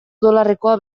dolarrekoa